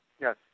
Yes